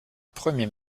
premier